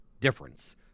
difference